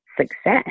success